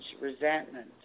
resentment